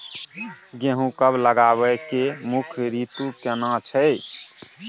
गेहूं कब लगाबै के मुख्य रीतु केना छै?